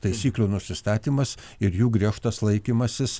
taisyklių nusistatymas ir jų griežtas laikymasis